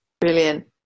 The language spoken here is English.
Brilliant